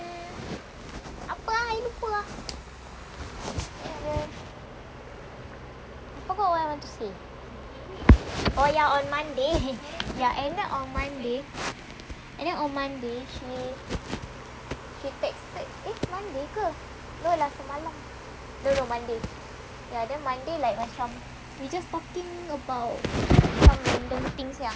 apa ah I lupa ah I forget what I want to say oh ya on monday ended on monday and then on monday she texted eh monday ke no lah semalam no no monday ya then monday like macam we just talking about some random things yang